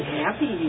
happy